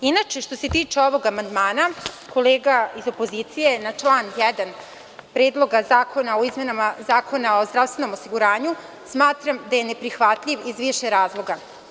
Inače, što se tiče ovog amandmana kolega iz opozicije je na član 1. Predloga zakona o izmenama Zakona o zdravstvenom osiguranju, smatram da je neprihvatljiv iz više razloga.